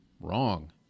Wrong